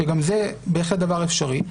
שגם זה בהחלט דבר אפשרי,